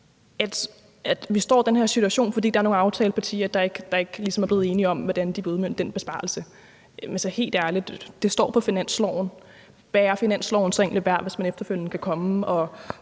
at vi står i den her situation, fordi der er nogle aftalepartier, der ligesom ikke er blevet enige om, hvordan de vil udmønte den besparelse. Altså, helt ærligt, det står på finansloven. Hvad er finansloven så egentlig værd, hvis man efterfølgende kan komme